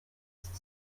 ist